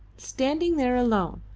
standing there alone,